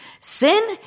Sin